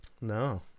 No